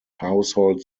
household